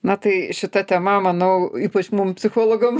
na tai šita tema manau ypač mum psichologam